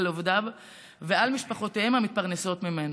עובדיו ומשפחותיהם המתפרנסות ממנו.